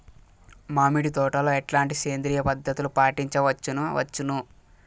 మామిడి తోటలో ఎట్లాంటి సేంద్రియ పద్ధతులు పాటించవచ్చును వచ్చును?